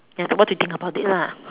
ya so what do you think about it lah